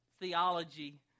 theology